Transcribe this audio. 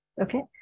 okay